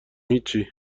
هیچی